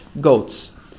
goats